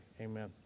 Amen